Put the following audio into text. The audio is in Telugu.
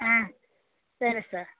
అ సరే సర్